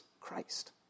Christ